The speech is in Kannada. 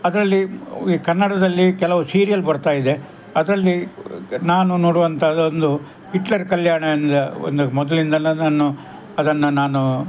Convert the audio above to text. ಅದರಲ್ಲಿ ಈ ಕನ್ನಡದಲ್ಲಿ ಕೆಲವು ಸೀರಿಯಲ್ ಬರ್ತಾಯಿದೆ ಅದರಲ್ಲಿ ನಾನು ನೋಡುವಂತದ್ದೊಂದು ಹಿಟ್ಲರ್ ಕಲ್ಯಾಣವನ್ನು ವನ್ನು ಮೊದಲಿಂದನು ನಾನು ಅದನ್ನು ನಾನು